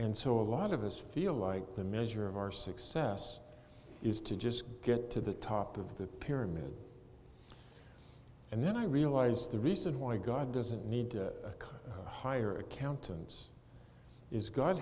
and so a lot of us feel like the measure of our success is to just get to the top of the pyramid and then i realized the reason why god doesn't need a higher accountants is god